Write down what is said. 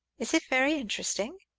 is it very interesting?